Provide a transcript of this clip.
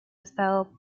estado